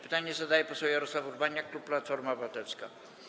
Pytanie zadaje poseł Jarosław Urbaniak, klub Platforma Obywatelska.